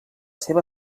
seva